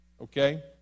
Okay